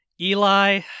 Eli